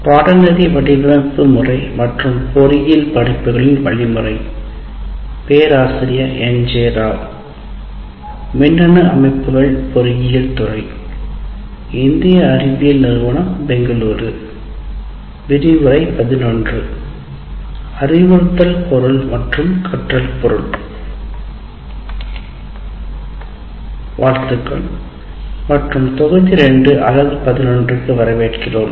வாழ்த்துக்கள் மற்றும் பகுதி தொகுதி 2 யூனிட் 11 க்கு வரவேற்கிறோம்